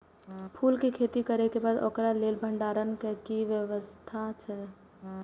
फूल के खेती करे के बाद ओकरा लेल भण्डार क कि व्यवस्था अछि?